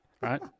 right